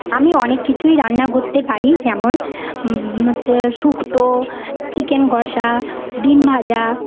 আমি অনেক কিছুই রান্না করতে পারি যেমন হচ্ছে শুক্তো চিকেন কষা ডিম ভাজা